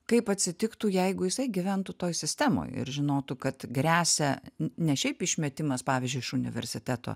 kaip atsitiktų jeigu jisai gyventų toj sistemoj ir žinotų kad gresia ne šiaip išmetimas pavyzdžiui iš universiteto